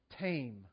tame